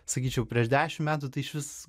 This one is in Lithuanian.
sakyčiau prieš dešim metų tai išvis